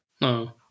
no